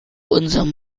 unserem